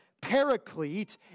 paraclete